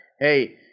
hey